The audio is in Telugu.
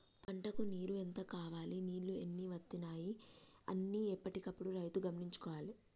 పంటలకు నీరు ఎంత కావాలె నీళ్లు ఎన్ని వత్తనాయి అన్ని ఎప్పటికప్పుడు రైతు గమనించుకోవాలె